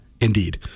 indeed